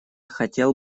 хотел